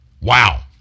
Wow